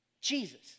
Jesus